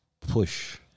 push